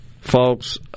folks